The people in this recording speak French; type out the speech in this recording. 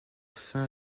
saint